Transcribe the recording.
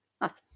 Awesome